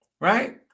right